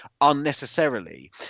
unnecessarily